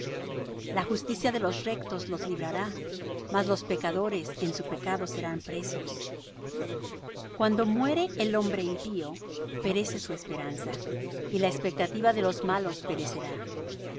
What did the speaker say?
la justicia de los rectos los librará mas los pecadores en su pecado serán presos cuando muere el hombre impío perece su esperanza y la espectativa de los malos perecerá